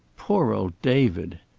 poor old david!